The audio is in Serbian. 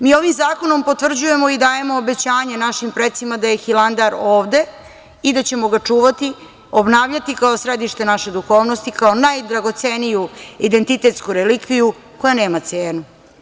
Mi ovim zakonom potvrđujemo i dajemo obećanje našim precima da je Hilandar ovde i da ćemo ga čuvati, obnavljati kao središte naše duhovnosti i kao najdragoceniju identitetsku relikviju koja nema cenu.